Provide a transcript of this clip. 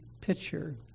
picture